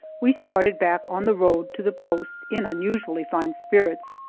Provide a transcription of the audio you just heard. we started back on the road to the post in unusually fine spirits.